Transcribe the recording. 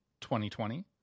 2020